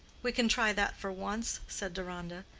we can try that for once, said deronda.